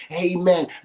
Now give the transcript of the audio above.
amen